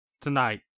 tonight